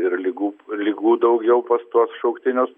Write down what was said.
ir ligų ir ligų daugiau pas tuos šauktinius